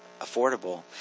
affordable